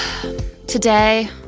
Today